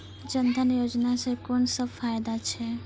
जनधन योजना सॅ कून सब फायदा छै?